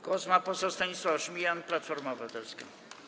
Głos ma poseł Stanisław Żmijan, Platforma Obywatelska.